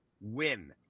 win